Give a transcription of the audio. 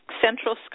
central